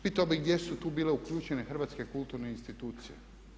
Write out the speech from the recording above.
Pitao bih gdje su tu bile uključene hrvatske kulturne institucije?